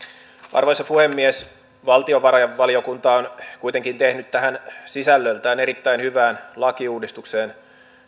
arvoisa puhemies valtiovarainvaliokunta on kuitenkin tehnyt tähän sisällöltään erittäin hyvään lakiuudistukseen